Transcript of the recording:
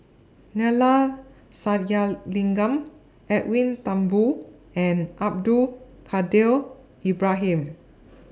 Neila Sathyalingam Edwin Thumboo and Abdul Kadir Ibrahim